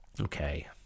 Okay